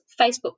Facebook